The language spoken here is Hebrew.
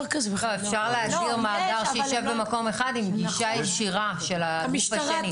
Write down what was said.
אפשר להגדיר מאגר שיישב במקום אחד עם גישה ישירה של הגוף השני,